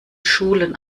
schulen